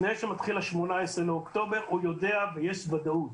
לפני שמתחיל ה-18 באוקטובר, הוא יודע ויש ודאות.